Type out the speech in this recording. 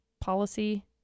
policy